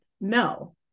No